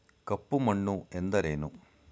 ಕಪ್ಪು ಮಣ್ಣು ಎಂದರೇನು?